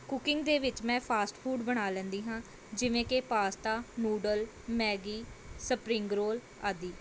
cooking ਦੇ ਵਿੱਚ ਮੈਂ ਫਾਸਟ ਫੂਡ ਬਣਾ ਲੈਂਦੀ ਹਾਂ ਜਿਵੇਂ ਕਿ pasta noodle Maggi spring roll ਆਦਿ